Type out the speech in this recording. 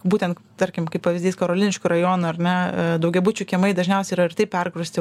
būtent tarkim kaip pavyzdys karoliniškių rajono ar ne daugiabučių kiemai dažniausiai yra ir taip pergrūsti